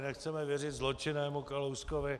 Nechceme věřit zločinnému Kalouskovi.